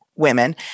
women